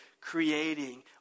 creating